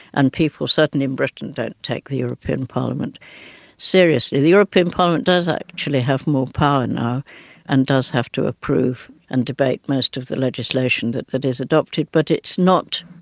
and people, certainly in britain, don't take the european parliament seriously. the european parliament does actually have more power now and does have to approve and debate most of the legislation that that is adopted, but it's not,